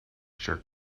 jerk